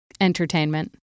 entertainment